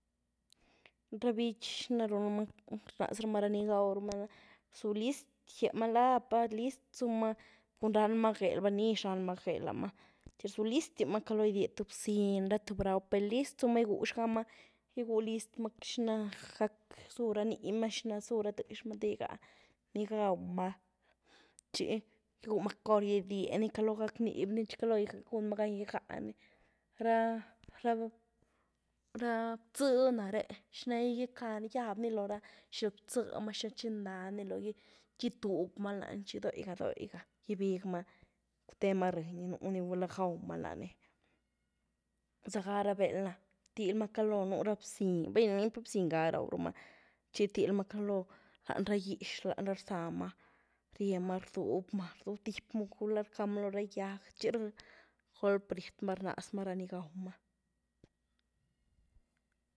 Ra bích xina rúnramaa, rnazramaa ni gauramaa, rzú liztiamaa lapa list' zumaa cun ranmaa gwuel, cun nizh ranmaa gwuel lamaa, chi rzu liztiamaa caló idié tïé bziny, tïé brau, per list' zumaa igwuezhamaa, igwué list'maa xina gac' zuranímaa, xina zú ra t'iexmaa te igá ni gaumaa chi igwuemaa cor idyieni caló gac'nyiební, chi, caló gunmaa gan igáni, ra-ra bpïé nare, xinagí icani, gyabni lora xiílbpïémaa, xina xigian ni logí chi itubymaa lan dogígá-dogígá gíbigmaa cutemaa ríény nuni gula gaumaa laní. Zaga ra beld ná, rityielmaa caló nura bziny, baini pad bziny ga ni raumaa, chitilymaa caló, lanyí ra ghiézh caló rzamaa, ríemaa rdubymaa, rdubytíépmaa gula rcamaa lora gyiag chi golp' riet'maa rnazmaa rani gaumaa.